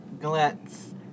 glance